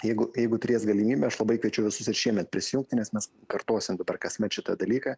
jeigu jeigu turės galimybė aš labai kviečiu visus ir šiemet prisijungti nes mes kartosim dabar kasmet šitą dalyką